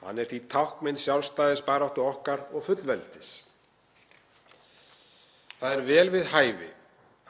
Hann er því táknmynd sjálfstæðisbaráttu okkar og fullveldis. Það er vel við hæfi